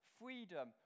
freedom